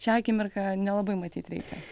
šią akimirką nelabai matyt reikia